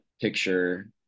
picture